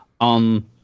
on